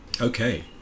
Okay